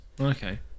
Okay